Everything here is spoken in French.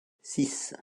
six